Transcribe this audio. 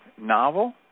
novel